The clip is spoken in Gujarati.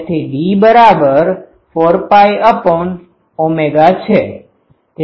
તેથી D4π છે